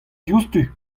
diouzhtu